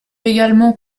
également